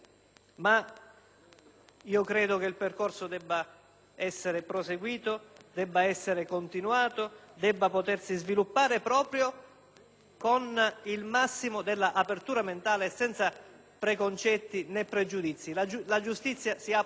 Io credo che il percorso tracciato debba essere proseguito e debba potersi sviluppare con il massimo dell'apertura mentale, senza preconcetti, né pregiudizi. La giustizia si applica a tutti